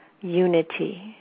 unity